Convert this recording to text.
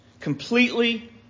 completely